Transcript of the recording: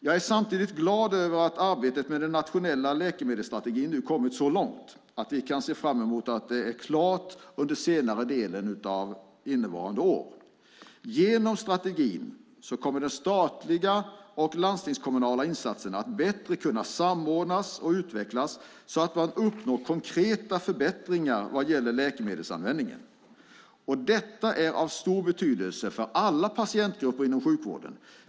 Jag är samtidigt glad över att arbetet med den nationella läkemedelsstrategin nu har kommit så långt att vi kan se fram mot att det är klart under senare delen av innevarande år. Genom strategin kommer de statliga och landstingskommunala insatserna att bättre kunna samordnas och utvecklas så att man uppnår konkreta förbättringar vad gäller läkemedelsanvändningen. Detta är av stor betydelse för alla patientgrupper inom sjukvården.